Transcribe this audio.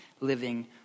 living